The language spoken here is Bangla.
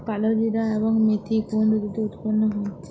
কালোজিরা এবং মেথি কোন ঋতুতে উৎপন্ন হয়?